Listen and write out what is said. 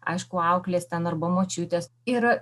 aišku auklės ten arba močiutės ir